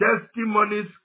Testimonies